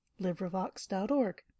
Librivox.org